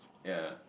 ya